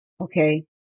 okay